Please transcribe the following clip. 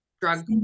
drug